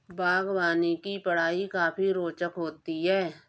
बागवानी की पढ़ाई काफी रोचक होती है